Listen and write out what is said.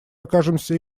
окажемся